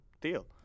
deal